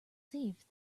thief